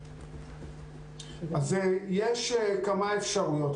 יש כמה אפשרויות.